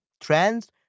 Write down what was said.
trends